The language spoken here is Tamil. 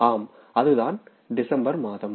ஆம் அதுதான் டிசம்பர் மாதம்